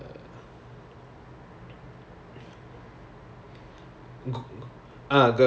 like the அந்த இதுதான் பண்ணுவாங்க:antha ithuthaan pannuvaanga that [one] is like the goal as in the output is it